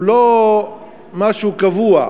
הוא לא משהו קבוע,